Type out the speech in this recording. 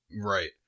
Right